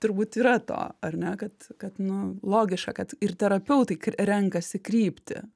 turbūt yra to ar ne kad kad nu logiška kad ir terapeutai kr renkasi kryptį